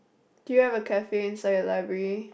do you have a cafe inside your library